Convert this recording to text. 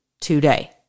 today